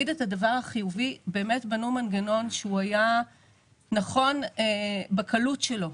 באמת בנו מנגנון שהיה נכון בקלות שלו.